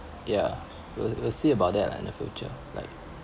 ya we'll will see about that lah in the future like